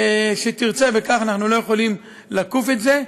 שתרצה בכך, אנחנו לא יכולים לאכוף את זה,